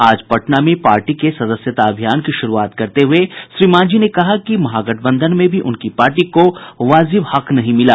आज पटना में पार्टी के सदस्यता अभियान की शुरूआत करते हुए श्री मांझी ने कहा कि महागठबंधन में भी उनकी पार्टी को वाजिब हक नहीं मिला